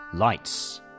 Lights